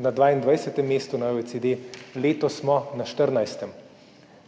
na 22. mestu na OECD, letos smo na 14. mestu